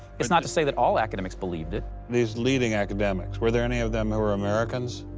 it's not to say that all academics believed it. these leading academics, were there any of them who were americans?